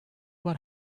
what